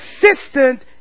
consistent